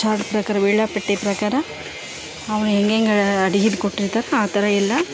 chart ಪ್ರಕಾರ ವೇಳಾಪಟ್ಟಿ ಪ್ರಕಾರ ಅವ್ನ ಹೇಗೇಗ್ ಅಡುಗೇದ್ ಕೊಟ್ಟಿರ್ತಾರೆ ಆ ಥರ ಎಲ್ಲ